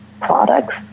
products